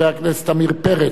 נתקבלה.